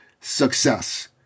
success